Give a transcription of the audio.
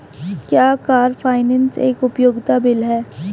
क्या car finance एक उपयोगिता बिल है?